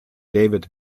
david